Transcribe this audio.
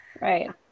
right